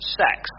sex